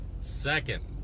second